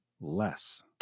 less